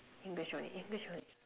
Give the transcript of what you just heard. English only English only